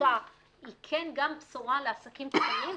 בכללותה כן גם בשורה לעסקים קטנים,